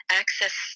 access